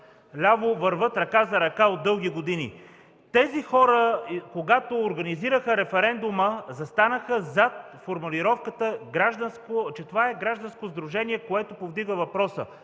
отляво вървят ръка за ръка от дълги години. Тези хора, когато организираха референдума, застанаха зад формулировката, че това е гражданско сдружение, което повдига въпроса.